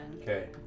Okay